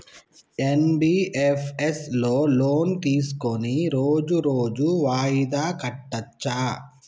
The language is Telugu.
ఎన్.బి.ఎఫ్.ఎస్ లో లోన్ తీస్కొని రోజు రోజు వాయిదా కట్టచ్ఛా?